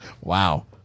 Wow